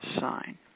sign